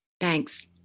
Thanks